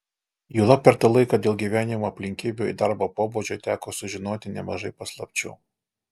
juolab per tą laiką dėl gyvenimo aplinkybių ir darbo pobūdžio teko sužinoti nemažai paslapčių